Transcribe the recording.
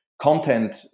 content